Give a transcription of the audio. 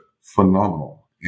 phenomenal